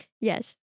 Yes